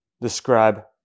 describe